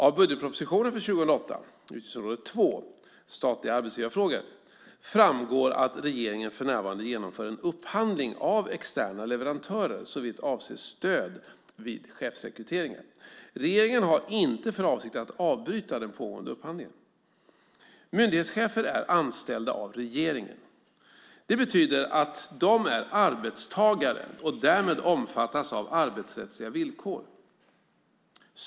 Av budgetpropositionen för 2008, utgiftsområde 2, Statliga arbetsgivarfrågor, framgår att regeringen för närvarande genomför en upphandling av externa leverantörer såvitt avser stöd vid chefsrekryteringar. Regeringen har inte för avsikt att avbryta den pågående upphandlingen. Myndighetschefer är anställda av regeringen. Det betyder att de är arbetstagare och därmed omfattas av arbetsrättsliga villkor.